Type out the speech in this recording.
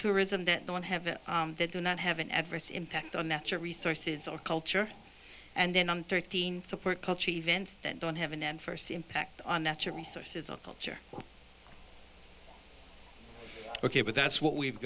tourism that don't have that do not have an adverse impact on natural resources or culture and then on thirteen support cultural events that don't have an end first impact on natural resources and culture ok but that's what we've